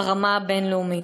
ברמה הבין-לאומית.